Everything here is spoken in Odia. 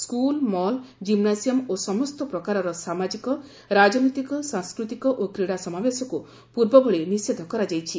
ସ୍କୁଲ୍ ମଲ ଜିମ୍ନାସୀୟମ୍ ଓ ସମସ୍ତ ପ୍ରକାରର ସାମାଜିକ ରାଜନୈତିକ ସାଂସ୍କୃତିକ ଓ କ୍ରୀଡ଼ା ସମାବେଶକୁ ପୂର୍ବ ଭଳି ନିଷେଧ କରାଯାଇଛି